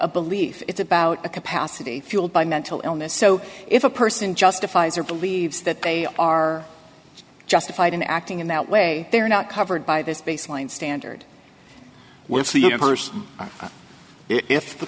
a belief it's about a capacity fuelled by mental illness so if a person justifies or believes that they are justified in acting in that way they're not covered by this baseline standard well if the universe if the